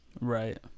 right